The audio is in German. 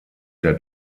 der